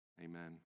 Amen